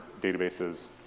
databases